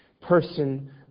person